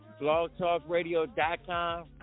BlogTalkRadio.com